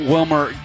Wilmer